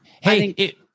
Hey